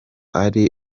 ari